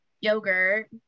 yogurt